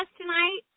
tonight